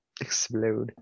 explode